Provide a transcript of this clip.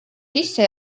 sisse